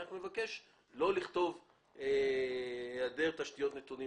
אני מבקש לא לכתוב היעדר תשתיות נתונים